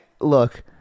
look